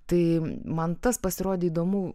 tai man tas pasirodė įdomu